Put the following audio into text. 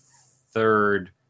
third